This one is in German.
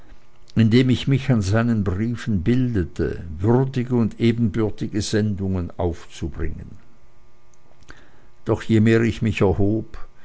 indem ich mich an seinen briefen bildete würdige und ebenbürtige sendungen aufzubringen doch je mehr ich mich erhob